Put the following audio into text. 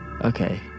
okay